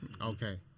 Okay